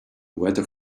weather